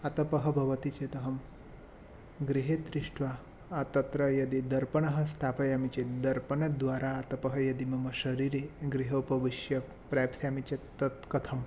आतपः भवति चेत् अहं गृहे तिष्ठ्वा तत्र यदि दर्पणं स्थापयामि चेत् दर्पणद्वारा आतपः यदि मम शरीरे गृहे उपविश्य प्राप्स्यामि चेत् तत् कथम्